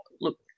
Look